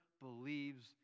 believes